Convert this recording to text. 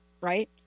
right